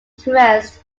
interest